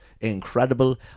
Incredible